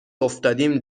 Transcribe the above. افتادیم